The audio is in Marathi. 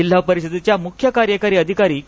जिल्हा परिषदेच्या मुख्य कार्यकारी अधिकारी के